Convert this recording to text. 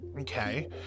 Okay